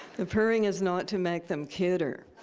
the purring is not to make them cuter.